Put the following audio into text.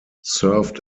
served